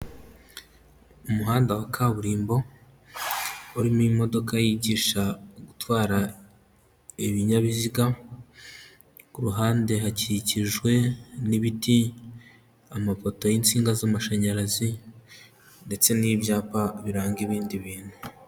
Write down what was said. Umuhanda wa kaburimbo, urimo imodoka yigisha gutwara ibinyabiziga, ku ruhande hakikijwe n'ibiti, amapoto y'insinga z'amashanyarazi ndetse n'ibyapa biranga ibindi bintu.